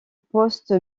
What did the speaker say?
poste